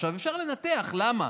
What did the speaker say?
אפשר לנתח למה,